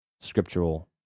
scriptural